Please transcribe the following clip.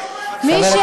מי,